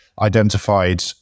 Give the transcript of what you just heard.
identified